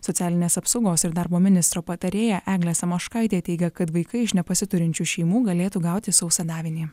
socialinės apsaugos ir darbo ministro patarėja eglė samoškaitė teigia kad vaikai iš nepasiturinčių šeimų galėtų gauti sausą davinį